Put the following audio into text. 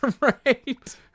Right